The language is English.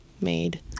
made